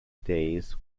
days